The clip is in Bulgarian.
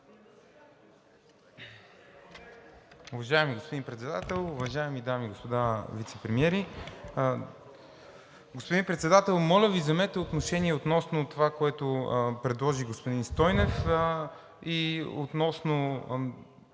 Уважаеми господин Председател, уважаеми дами и господа вицепремиери! Господин Председател, моля Ви, вземете отношение относно това, което предложи господин Стойнев, и относно